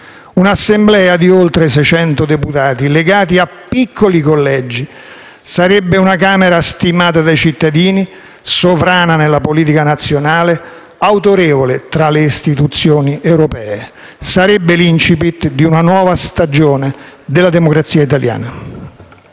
Un'Assemblea di oltre 600 deputati legati a piccoli collegi sarebbe una Camera stimata dai cittadini, sovrana nella politica nazionale, autorevole tra le istituzioni europee. Sarebbe l'*incipit* di una nuova stagione della democrazia italiana.